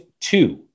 two